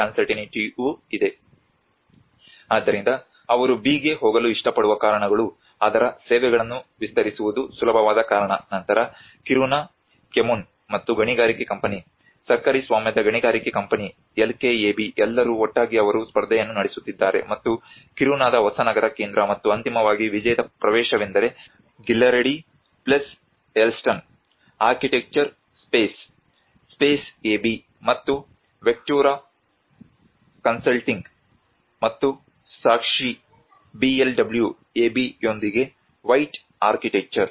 ಆದ್ದರಿಂದ ಅವರು B ಗೆ ಹೋಗಲು ಇಷ್ಟಪಡುವ ಕಾರಣಗಳು ಅದರ ಸೇವೆಗಳನ್ನು ವಿಸ್ತರಿಸುವುದು ಸುಲಭವಾದ ಕಾರಣ ನಂತರ ಕಿರುನಾ ಕೊಮ್ಮುನ್ ಮತ್ತು ಗಣಿಗಾರಿಕೆ ಕಂಪನಿ ಸರ್ಕಾರಿ ಸ್ವಾಮ್ಯದ ಗಣಿಗಾರಿಕೆ ಕಂಪನಿ LKAB ಎಲ್ಲರೂ ಒಟ್ಟಾಗಿ ಅವರು ಸ್ಪರ್ಧೆಯನ್ನು ನಡೆಸುತ್ತಿದ್ದಾರೆ ಮತ್ತು ಕಿರುನಾದ ಹೊಸ ನಗರ ಕೇಂದ್ರ ಮತ್ತು ಅಂತಿಮವಾಗಿ ವಿಜೇತ ಪ್ರವೇಶವೆಂದರೆ Ghillaradi Hellsten Ghillaradi Hellsten architecture space space AB ಮತ್ತು ವೆಕ್ಟುರಾ ಕನ್ಸಲ್ಟಿಂಗ್ ಮತ್ತು ಸಾಕ್ಷಿ BLW AB ಯೊಂದಿಗೆ ವೈಟ್ ಆರ್ಕಿಟೆಕ್ಚರ್